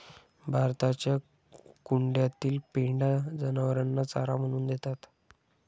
भाताच्या कुंड्यातील पेंढा जनावरांना चारा म्हणून देतात